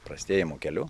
prastėjimo keliu